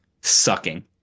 Sucking